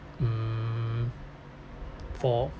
mm for